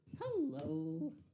Hello